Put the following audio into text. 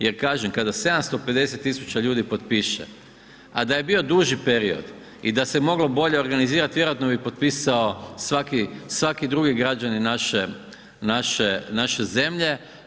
Jer kažem kada 750 tisuća ljudi potpiše, a da je bio duži period i da se moglo bolje organizirati vjerojatno bi potpisao svaki drugi građanin naše zemlje.